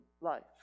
life